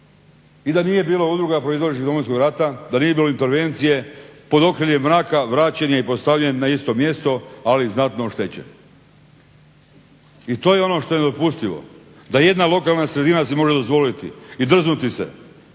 I da nije bilo udruga proizašlih iz Domovinskog rata da nije bilo intervencije pod okriljem mraka vraćen je postavljen na isto mjesto ali znatno oštećen. I to je ono što je nedopustivo da jedna lokalna sredina si može dozvoliti i drznuti se